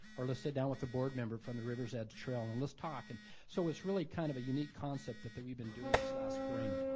or let's sit down with the board member from the river's edge trail and let's talk. and so it's really kind of a unique concept that that we've been doing this last spring.